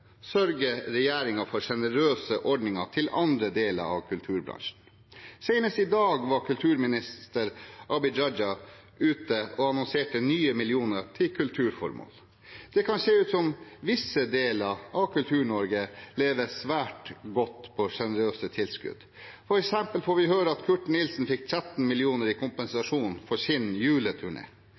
sørger regjeringen for sjenerøse ordninger til andre deler av kulturbransjen. Senest i dag var kulturminister Abid Raja ute og annonserte nye millioner til kulturformål. Det kan se ut som om visse deler av Kultur-Norge lever svært godt på sjenerøse tilskudd. For eksempel får vi høre at Kurt Nilsen fikk 13 mill. kr i kompensasjon for sin